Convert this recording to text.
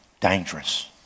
dangerous